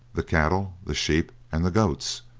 the cattle, the sheep, and the goats.